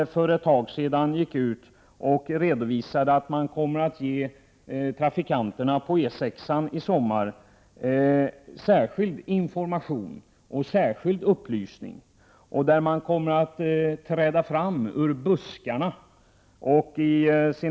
För ett tag sedan gick man nämligen ut med en redovisning om att man i sommar kommer att ge trafikanterna på E 6-an särskilda upplysningar. Polisen kommer att träda fram ur buskarna litet här och var.